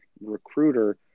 recruiter